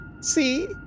See